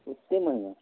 ओते महङ्गा